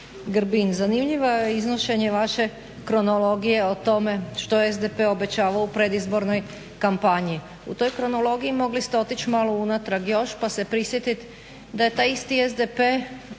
Grbin, zanimljivo je iznošenje vaše kronologije što je SDP obećavao u predizbornoj kampanji. U toj kronologiji mogli ste otići malo unatrag još pa se prisjetiti da je taj isti SDP